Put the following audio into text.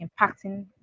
impacting